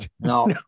No